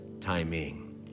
timing